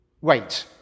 wait